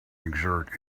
exert